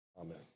amen